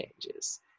changes